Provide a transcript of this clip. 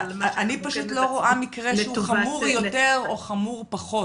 אני פשוט לא רואה מקרה שהוא חמור יותר או חמור פחות.